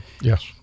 Yes